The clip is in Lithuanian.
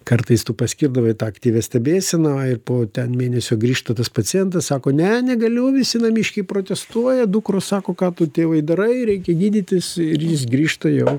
kartais tu paskirdavai tą aktyvią stebėseną ir po ten mėnesio grįžta tas pacientas sako ne negaliu visi namiškiai protestuoja dukros sako ką tu tėvai darai reikia gydytis ir jis grįžtų jau